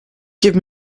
give